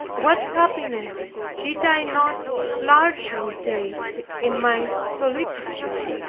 what happiness did i not largely taste in my solitude,